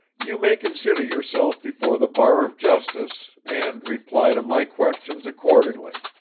you may consider yourself before the bar of justice, and reply to my questions accordingly.